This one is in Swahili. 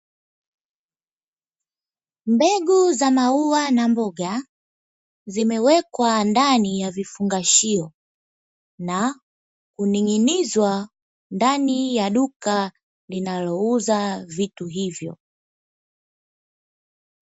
Mbegu za maua na mboga zimewekwa ndani ya vifungashio na kuning’inizwa ndani ya duka linalouza vitu hivyo.